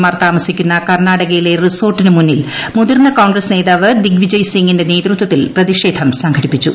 മാർ താമസിക്കുന്ന കർണാടക്കയിലെ റിസോർട്ടിന് മുന്നിൽ മുതിർന്ന കോൺഗ്രസ് നേതാവ് ദിഗ്വിജയ് സിംഗിന്റെ നേതൃത്വത്തിൽ പ്രതിഷേധം സംഘടിപ്പിച്ചു